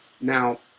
Now